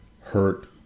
hurt